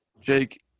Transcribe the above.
Jake